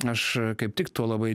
aš kaip tik tuo labai